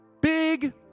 big